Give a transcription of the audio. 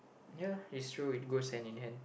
ya it's true it goes hand in hand